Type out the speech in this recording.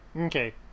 Okay